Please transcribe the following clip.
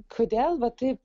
kodėl va taip